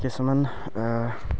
কিছুমান